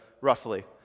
roughly